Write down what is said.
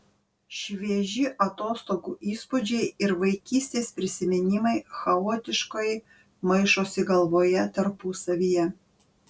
švieži atostogų įspūdžiai ir vaikystės prisiminimai chaotiškai maišosi galvoje tarpusavyje